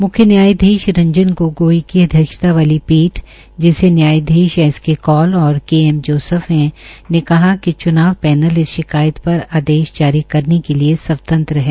म्ख्य न्यायधीश रंजन गोगोई की अध्यक्षता वाली पीठ जिसमें न्यायधीश एस के कौल और के एम जोसेफ है ने कहा है कि च्नाव पैनल इस शिकायत पर आदेश जारी करने के लिये स्वतंत्र है